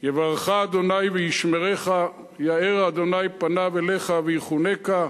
"יברכך ה' וישמרך, יאר ה' פניו אליך ויחנך,